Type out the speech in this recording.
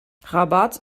rabat